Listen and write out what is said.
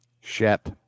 Shep